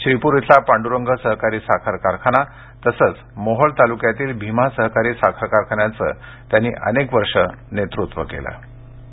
श्रीपूर इथला पांडुरंग सहकारी साखर कारखाना तसंच मोहोळ तालुक्यातील भीमा सहकारी साखर कारखान्याचं त्यांनी अनेक वर्ष नेतृत्त्व केलं होतं